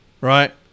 Right